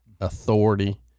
authority